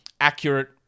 accurate